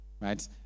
right